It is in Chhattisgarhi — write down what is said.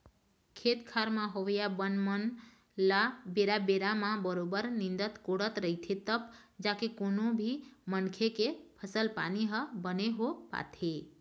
खेत खार म होवइया बन मन ल बेरा बेरा म बरोबर निंदत कोड़त रहिथे तब जाके कोनो भी मनखे के फसल पानी ह बने हो पाथे